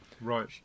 Right